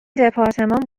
دپارتمان